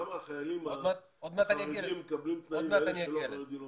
למה החרדים מקבלים תנאים כאלה ואלה שלא חרדים לא מקבלים אותם?